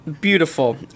Beautiful